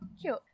Cute